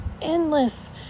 endless